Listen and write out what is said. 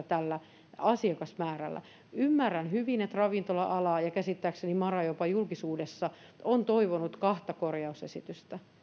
tällä asiakasmäärällä on merkitystä ymmärrän hyvin että ravintola ala ja käsittääkseni mara jopa julkisuudessa ovat toivoneet kahta korjausesitystä